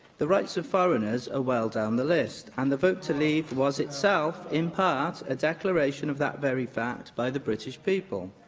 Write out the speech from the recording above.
the rights of foreigners are well down the list, and the vote to leave was itself, in part, a declaration of that very fact by the british people.